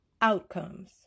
Outcomes